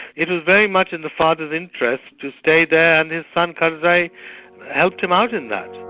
it was very much in the father's interest to stay there and his son karzai helped him out in that.